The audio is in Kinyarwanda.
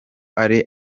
ari